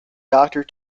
doctor